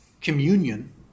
communion